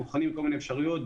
בוחנים כל מיני אפשרויות,